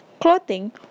clothing